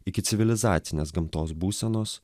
iki civilizacinės gamtos būsenos